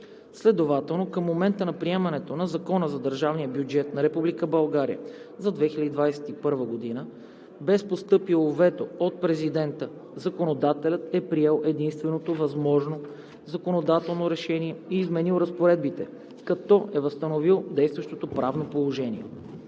Следователно към момента на приемането на Закона за държавния бюджет на Република България за 2021 г., без постъпило вето от президента, законодателят е приел единственото възможно законодателно решение и е изменил разпоредбите, като е възстановил действащото правно положение.